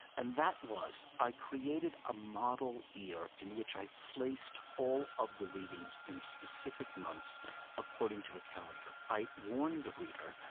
and that was i created a model year in which i placed all of the readings in specific months according to a calendar. i warned the reader,